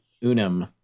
unum